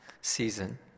season